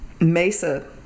Mesa